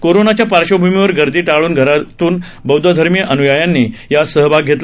कोरोनाच्या पार्श्वभूमीवर गर्दी टाळून घराघरातूनच बौध्दधर्मीय अनुयायांनी यात सहभाग घेतला